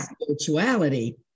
spirituality